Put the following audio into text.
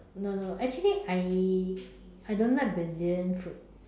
no no actually I I don't like the Brazilian food